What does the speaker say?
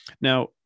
Now